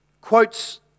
quotes